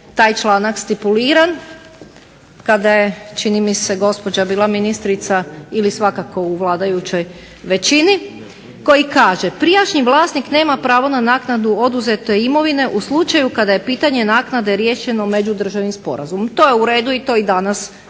taj članak stipuliran kada je čini mi se gospođa bila ministrica ili svakako u vladajućoj većini koji kaže: "Prijašnji vlasnik nema pravo na naknadu oduzete imovine u slučaju kada je pitanje naknade riješeno među državnim sporazumom. To je u redu i to i danas u